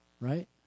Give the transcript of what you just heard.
Right